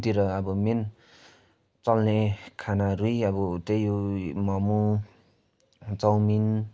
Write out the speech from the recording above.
तिर अब मेन चल्ने खानाहरू नै अब त्यही हो मोमो चाउमिन